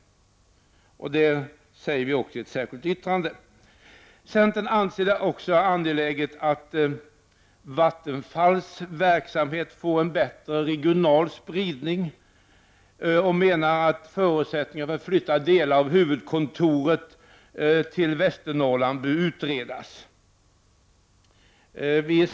Detta säger vi också i ett särskilt yttrande. Centern anser det också angeläget att Vattenfalls verksamhet får en bättre regional spridning och menar att förutsättningarna för att flytta delar av Vattenfalls huvudkontor till Västernorrland bör utredas.